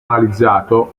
analizzato